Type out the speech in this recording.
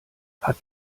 hat